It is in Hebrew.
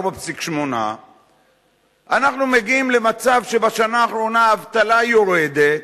4.8%. אנחנו מגיעים למצב שבשנה האחרונה האבטלה יורדת,